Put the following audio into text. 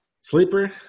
Sleeper